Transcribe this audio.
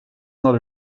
not